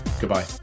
goodbye